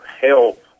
help